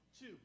two